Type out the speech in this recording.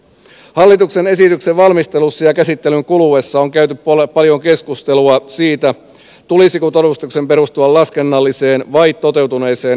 hallituksen esityksen valmistelussa ja käsittelyn kuluessa on käyty paljon keskustelua siitä tulisiko todistuksen perustua laskennalliseen vai toteutuneeseen energiankulutukseen